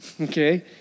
okay